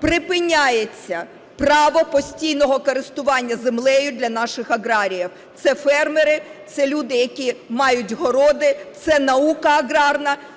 припиняється право постійного користування землею для наших аграріїв: це фермери, це люди, які мають городи, це наука аграрна.